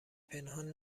پنهان